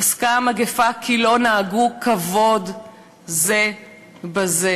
פסקה המגפה שהתחילה כי לא נהגו כבוד זה בזה.